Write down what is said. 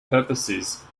purposes